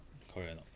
correct or not